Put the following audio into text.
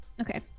Okay